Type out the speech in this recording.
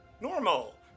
normal